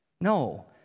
No